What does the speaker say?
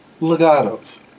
legato's